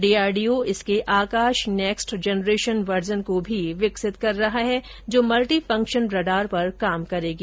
DRDO इसके Akash next generation version को भी विकसित कर रहा है जो मल्टिफंक्शन रडार पर काम करेगी